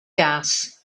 gas